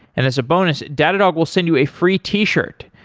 and as a bonus, datadog will send you a free t-shirt.